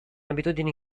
abitudini